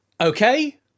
Okay